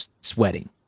sweating